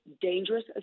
dangerous